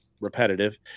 repetitive